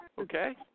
Okay